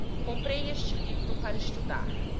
comprei este livro para estudar,